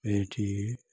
ଏଇଠି